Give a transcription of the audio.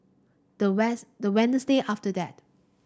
the west the after that